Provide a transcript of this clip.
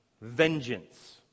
vengeance